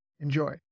Enjoy